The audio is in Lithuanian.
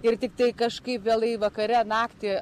ir tiktai kažkaip vėlai vakare naktį